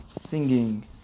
singing